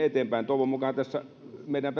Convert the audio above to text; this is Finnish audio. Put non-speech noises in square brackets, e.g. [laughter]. [unintelligible] eteenpäin toivon mukaan tässä meidän [unintelligible]